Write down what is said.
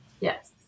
Yes